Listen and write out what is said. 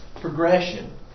progression